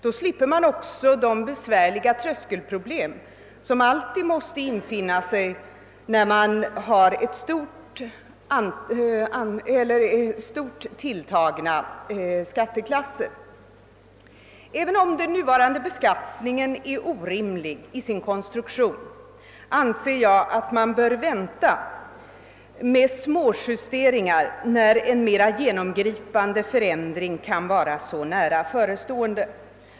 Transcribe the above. Då slipper man också de besvärliga tröskelproblem som alltid måste infinna sig när man har stort tilltagna :«skatteklasser. även om den nuvarande beskattningen är orimligt konstruerad anser jag att man bör vänta med småjusteringar när en mera genomgripande förändring kan vara så nära förestående.